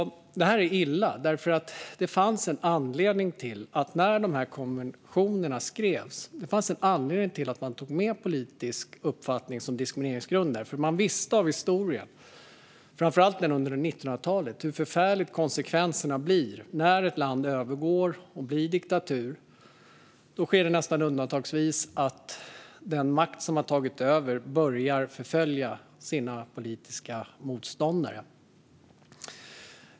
Detta är illa, för när konventionerna skrevs fanns det en anledning till att man tog med politisk uppfattning som diskrimineringsgrund. Man visste från historien, framför allt under 1900-talet, hur förfärliga konsekvenserna blir. När ett land övergår till att bli en diktatur börjar den makt som har tagit över nästan undantagslöst att förfölja sina politiska motståndare.